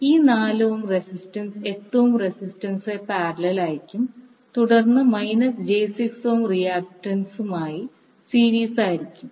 ഈ 4 ohm resistance 8 ohm resistance ആയി parallel ആയിരിക്കും തുടർന്ന് മൈനസ് j6 ഓം റിയാക്ടന്റുമായി സീരീസ് ആയിരിക്കും